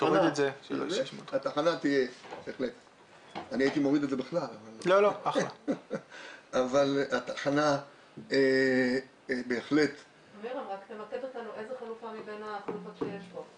תמקד אותנו איזו חלופה מבין החלופות שיש פה.